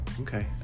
Okay